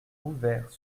ouvert